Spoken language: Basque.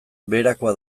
beherakoa